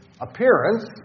appearance